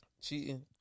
Cheating